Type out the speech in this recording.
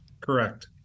Correct